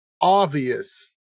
obvious